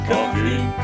Coffee